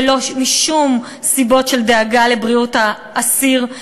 ולא משום סיבות של דאגה לבריאות האסיר,